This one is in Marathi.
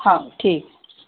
हो ठीक